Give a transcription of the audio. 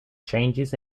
changes